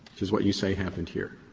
is what you say happened here.